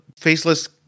Faceless